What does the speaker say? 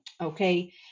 Okay